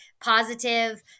positive